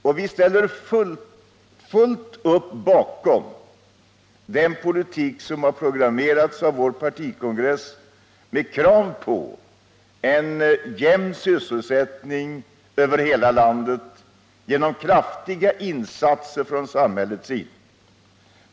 Och vi ställer fullständigt upp bakom den politik som har programmerats av vår partikongress med krav på jämn sysselsättning över hela landet genom kraftiga insatser från samhällets sida.